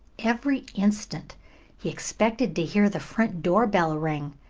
every instant he expected to hear the front door bell ring,